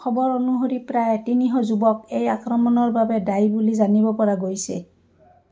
খবৰ অনুসৰি প্ৰায় তিনিশ যুৱক এই আক্ৰমণৰ বাবে দায়ী বুলি জানিব পৰা গৈছে